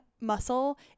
muscle